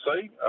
see